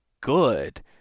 good